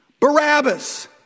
Barabbas